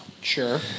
Sure